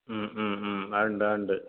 ആ ഉണ്ട് ഉണ്ട്